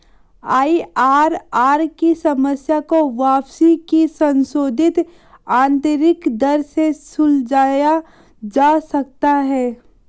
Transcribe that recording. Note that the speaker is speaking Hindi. आई.आर.आर की समस्या को वापसी की संशोधित आंतरिक दर से सुलझाया जा सकता है